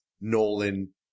Nolan